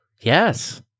Yes